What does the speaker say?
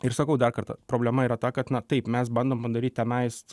ir sakau dar kartą problema yra ta kad na taip mes bandom daryti tenais